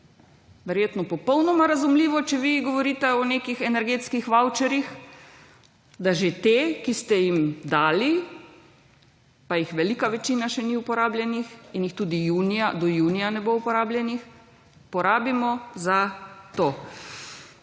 verjetno popolnoma razumljivo, če vi govorite o nekih energetskih vavčerjih, da že te, ki ste jih dali pa jih velika večina še ni uporabljenih in jih tudi do junija ne bo uporabljenih porabimo za to.